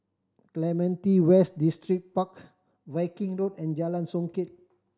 Clementi West Distripark Viking Road and Jalan Songket